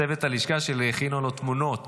צוות הלשכה שלי הכין לו תמונות.